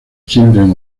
children